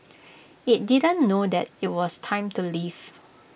IT didn't know that IT was time to leave